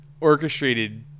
orchestrated